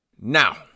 Now